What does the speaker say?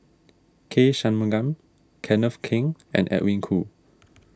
K Shanmugam Kenneth Keng and Edwin Koo